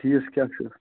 fees کیٛاہ چھُ